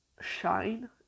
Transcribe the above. shine